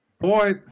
boy